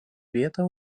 vietą